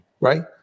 right